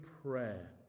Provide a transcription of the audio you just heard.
prayer